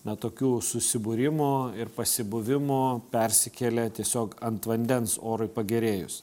na tokių susibūrimo ir pasibuvimo persikelia tiesiog ant vandens orui pagerėjus